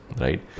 right